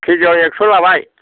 केजियाव एकस' लाबाय